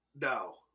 No